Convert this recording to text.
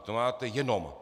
To máte jenom.